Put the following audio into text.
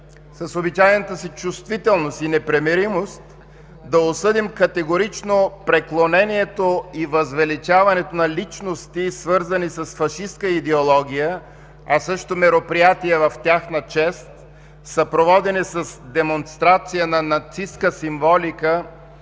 с обичайната си чувствителност и непримиримост, да осъдим категорично преклонението и възвеличаването на личности, свързани с фашистка идеология, а също мероприятия в тяхна чест, съпроводени с демонстрация на нацистка символика